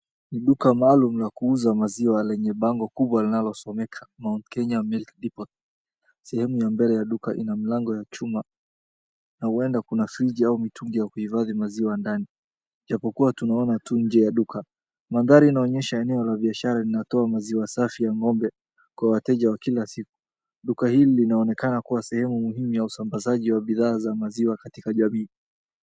Ni duka maalum la kuuza maziwa lenye bango kubea linalosomeka, Mount Kenya Milk Depot. Sehemu ya mbele ya duka ina mlango ya chuma na huenda kuna fridge au mitungi ya kuhifadhi maziwa ndani. Japokuwa tunaona tu nje ya duka, mandhari inaonyesha eneo la biashara linatoa maziwa safi ya ng'ombe kwa wateja wa kila siku. Duka hili linaonekana kuwa sehemu muhimu ya usambazaji wa bidhaa za maziwa katika jamii.